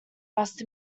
must